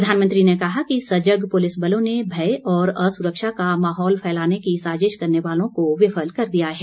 प्रधानमंत्री ने कहा कि सजग पुलिसबलों ने भय और असुरक्षा का माहौल फैलाने की साज़िश करने वालों को विफल कर दिया है